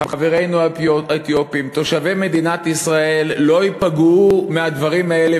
חברינו האתיופים תושבי מדינת ישראל לא ייפגעו מהדברים האלה